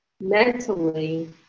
mentally